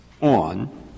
on